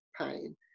pain